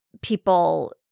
people